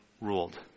ruled